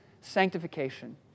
sanctification